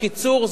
הקיצור,